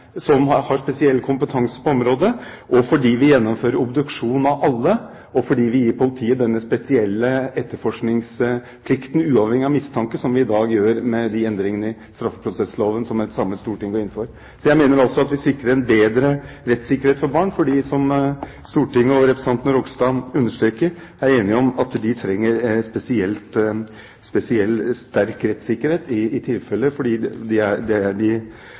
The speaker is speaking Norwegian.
som har spesiell kompetanse på området, fordi vi gjennomfører obduksjon av alle, og fordi vi gir politiet denne spesielle etterforskningsplikten, uavhengig av mistanke, som vi i dag gjør med de endringene i straffeprosessloven som et samlet storting går inn for. Jeg mener altså at vi sikrer en bedre rettssikkerhet for barn, fordi vi, som Stortinget og spesielt representanten Ropstad understreker, er enige om at barn trenger en spesiell sterk rettssikkerhet i slike tilfeller, for det er ofte de som er